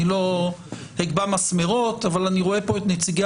אני לא אקבע מסמרות אבל אני רואה פה את נציגי